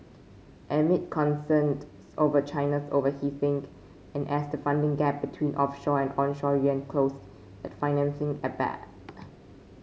amid concerned over China's overheating and as the funding gap between offshore and onshore yuan closed that financing ebbed